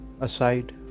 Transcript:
aside